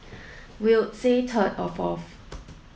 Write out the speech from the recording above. we'll say third or fourth